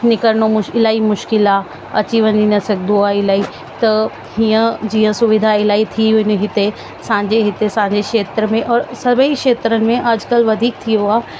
निकरिनो मुश्किलु ई मुश्किलु आहे अची वञी न सघंदो आहे इलाही त हीअं जीअं सुविधा इलाही थी आहिनि हिते असांजे हिते असांजे खेत्र में और सभई खेत्र में अॼकल्ह वधीक थी वियो आहे